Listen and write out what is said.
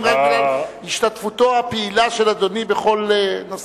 רק בגלל השתתפותו הפעילה של אדוני בכל נושא.